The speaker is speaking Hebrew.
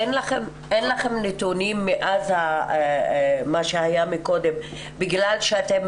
אין לכם נתונים מאז מה שהיה מקודם בגלל שאתם